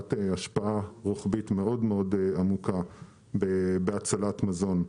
בעלת השפעה רוחבית מאוד מאוד עמוקה בהצלת מזון.